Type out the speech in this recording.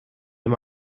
dem